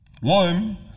one